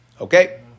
Okay